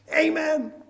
Amen